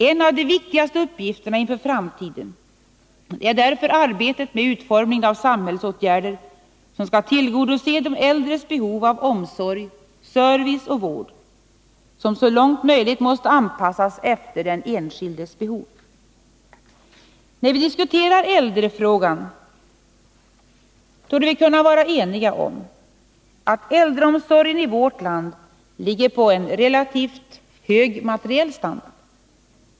En av de viktigaste uppgifterna inför framtiden är därför arbetet med utformningen av de samhällsåtgärder som skall tillgodose de äldres behov av omsorg, service och vård, som så långt möjligt måste anpassas efter den enskildes behov. När vi diskuterar äldrefrågan torde vi kunna vara eniga om att äldreomsorgen i vårt land ligger på en relativt hög materiell standard.